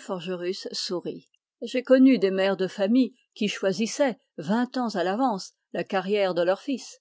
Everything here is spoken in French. forgerus sourit j'ai connu des mères de famille qui choisissaient vingt ans à l'avance la carrière de leur fils